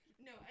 No